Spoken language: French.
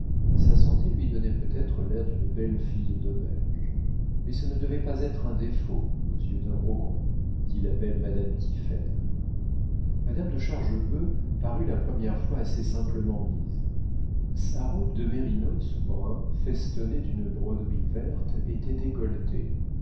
sa santé lui donnait peut-être l'air d'une belle fille d'auberge mais ce ne devait pas être un défaut aux yeux d'un rogron dit la belle madame tiphaine mademoiselle de chargebœuf parut la première fois assez simplement mise sa robe de mérinos brun festonnée d'une broderie verte était décolletée